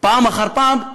פעם אחר פעם?